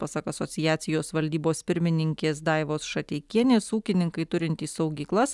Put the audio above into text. pasak asociacijos valdybos pirmininkės daivos šateikienės ūkininkai turintys saugyklas